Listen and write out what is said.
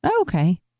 Okay